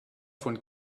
von